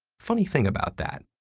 funny thing about that.